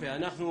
יפה, אנחנו